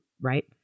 right